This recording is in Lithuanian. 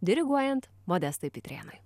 diriguojant modestui pitrėnui